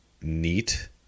neat